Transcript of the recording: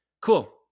Cool